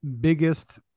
biggest